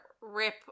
rip